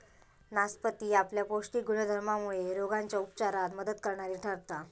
नासपती आपल्या पौष्टिक गुणधर्मामुळे रोगांच्या उपचारात मदत करणारी ठरता